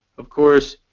of course,